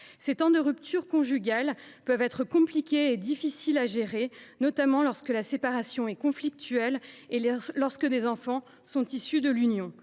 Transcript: Ces temps de rupture conjugale peuvent être compliqués et difficiles à gérer, notamment lorsque la séparation est conflictuelle et que des enfants sont issus de l’union.